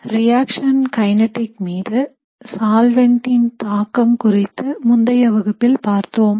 reaction கைநீட்டிக் மீது solvent ன் தாக்கம் குறித்து முந்தைய வகுப்பில் பார்த்தோம்